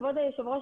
כבוד היושב ראש,